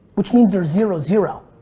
which means they're zero zero.